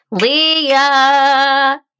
Leah